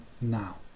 now